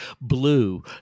blue